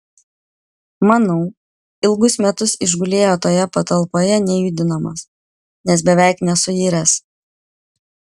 manau ilgus metus išgulėjo toje patalpoje nejudinamas nes beveik nesuiręs